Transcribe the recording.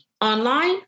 online